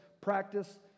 Practice